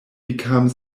become